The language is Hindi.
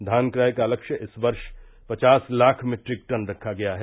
धान क्रय का लक्ष्य इस वर्ष पचास लाख मीट्रिक टन रखा गया है